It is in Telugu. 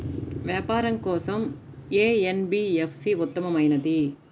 వ్యాపారం కోసం ఏ ఎన్.బీ.ఎఫ్.సి ఉత్తమమైనది?